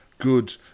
good